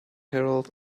herald